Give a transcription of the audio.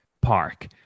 Park